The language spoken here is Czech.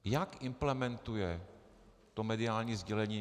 Jak implementuje mediální sdělení?